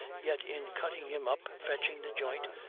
yet in cutting him up, fetching the joint,